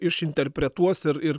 iš interpretuos ir ir